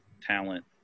talent